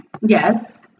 Yes